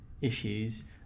issues